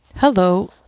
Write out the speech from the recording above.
Hello